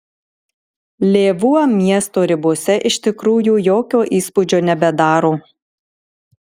lėvuo miesto ribose iš tikrųjų jokio įspūdžio nebedaro